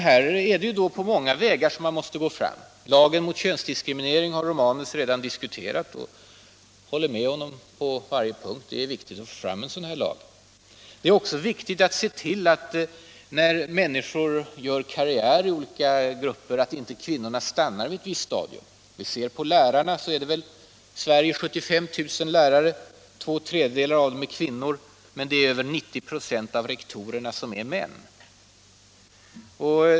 Här måste man gå fram på många vägar. Lagen mot könsdiskriminering har herr Romanus redan berört. Jag håller med honom på varje punkt. Det är viktigt att få fram en sådan lag. Det är viktigt att se till att, när människor får ta större ansvar i sitt arbete, kvinnorna inte stannar vid ett visst stadium. Vi kan som exempel se på lärarna. I Sverige har vi väl 75 000 lärare. Två tredjedelar av dem är kvinnor, men över 90 926 av rektorerna är män.